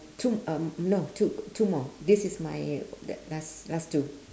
two um no two two more this is my th~ last last two